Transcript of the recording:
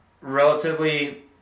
relatively